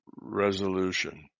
resolution